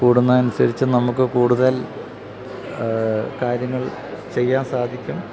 കൂടുന്നതിനനുസരിച്ച് നമുക്ക് കൂടുതൽ കാര്യങ്ങൾ ചെയ്യാൻ സാധിക്കും